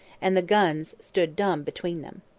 and the guns stood dumb between them.